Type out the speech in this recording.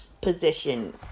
position